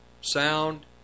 sound